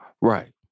Right